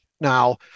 now